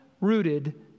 rooted